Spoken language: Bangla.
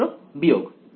ছাত্র বিয়োগ